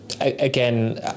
again